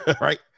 Right